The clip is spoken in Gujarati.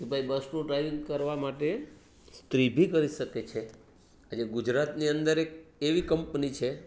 કે ભાઈ બસનું ડ્રાઇવિંગ કરવા માટે સ્ત્રી બિ કરી શકે છે આજે ગુજરાતની અંદર એક એવી કંપની છે